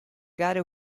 gare